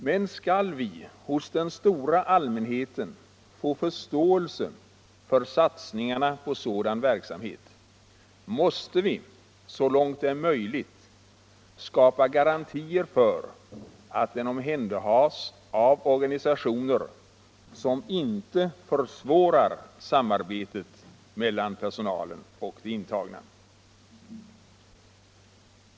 Men skall vi hos den stora allmänheten få förståelse för satsningarna på sådan verksamhet, måste vi så långt det är möjligt skapa garantier för att den omhänderhas av organisationer som inte försvårar samarbetet mellan personalen och de intagna.